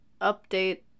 update